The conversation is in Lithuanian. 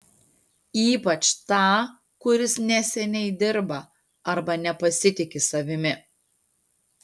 ypač tą kuris neseniai dirba arba nepasitiki savimi